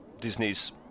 Disney's